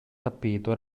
tappeto